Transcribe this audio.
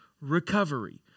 recovery